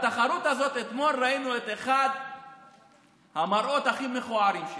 בתחרות הזאת ראינו אתמול את אחד המראות הכי מכוערים: